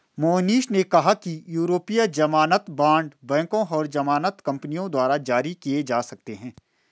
मोहनीश ने कहा कि यूरोपीय ज़मानत बॉण्ड बैंकों और ज़मानत कंपनियों द्वारा जारी किए जा सकते हैं